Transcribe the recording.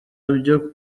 byo